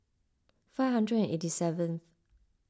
five hundred eighty seventh